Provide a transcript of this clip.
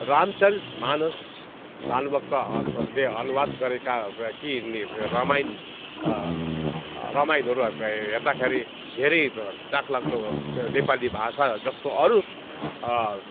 रामचरित मानस भानुभक्तले अनुवाद गरेका कि नि रामायण रामायणहरू हेर्दाखेरि धेरै चाखलाग्दो नेपाली भाषा जस्तो अरू